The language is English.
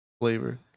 flavor